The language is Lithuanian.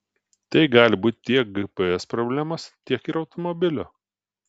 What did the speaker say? tai gali būti tiek gps problemos tiek ir automobilio